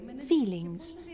feelings